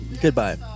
Goodbye